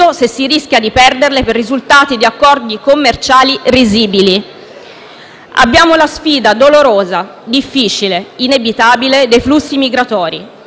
se si rischia di perderle per risultati di accordi commerciali risibili. Abbiamo davanti una sfida dolorosa, difficile e inevitabile dei flussi migratori.